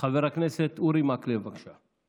חבר הכנסת אורי מקלב, בבקשה.